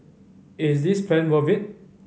is this plan worth it